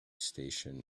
station